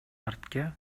артка